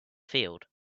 field